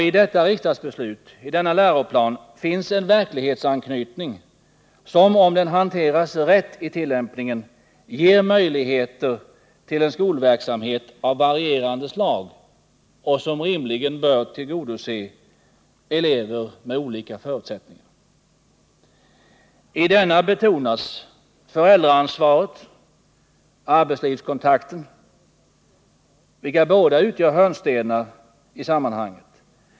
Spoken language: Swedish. I denna läroplan finns en verklighetsanknytning, som om den hanteras rätt i tillämpningen ger möjligheter till en skolverksamhet av varierande slag och som rimligen bör tillgodose elever med olika förutsättningar. I läroplanen betonas föräldraansvaret och arbetslivskontakten, vilka båda utgör hörnstenar i sammanhanget.